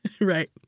right